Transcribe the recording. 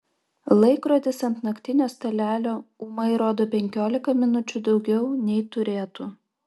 laikrodis ant naktinio stalelio ūmai rodo penkiolika minučių daugiau nei turėtų